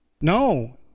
No